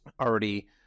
already